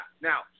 Now